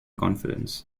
conference